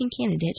candidate